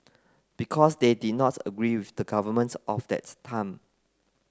because they did not agree with the government of that time